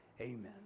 Amen